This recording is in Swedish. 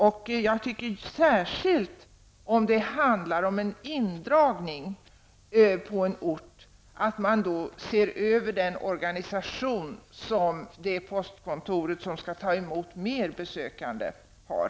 När det är fråga om att dra in ett postkontor på en ort, skall man se över organisationen på det postkontor som skall få ta emot fler kunder.